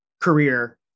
career